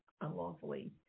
unlawfully